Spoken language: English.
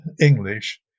English